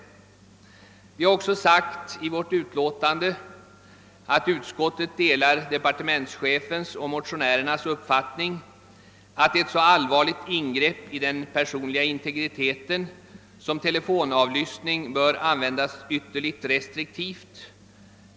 Vi skriver också i utlåtandet: »Utskottet delar departementschefens och motionärernas uppfattning att ett så allvarligt ingrepp i den personliga integriteten söm telefonavlyssning bör användas ytterligt restriktivt.